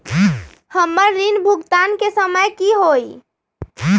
हमर ऋण भुगतान के समय कि होई?